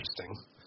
interesting